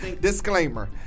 disclaimer